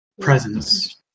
presence